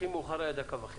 הכי מאוחר היה דקה וחצי.